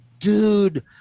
dude